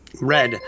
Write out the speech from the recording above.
Red